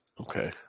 Okay